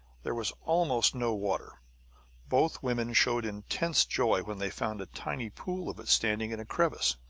there was almost no water both women showed intense joy when they found a tiny pool of it standing in a crevasse.